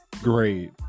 great